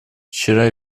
вчера